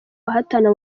bahatana